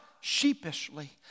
sheepishly